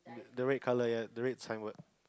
the red colour ya the red signboard